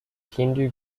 hindu